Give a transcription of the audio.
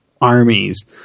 armies